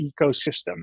ecosystem